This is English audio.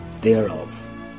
thereof